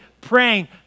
praying